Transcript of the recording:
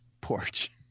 porch